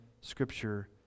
scripture